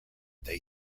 they